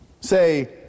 Say